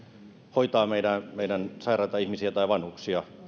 hoitavat meidän meidän sairaita ihmisiä tai vanhuksia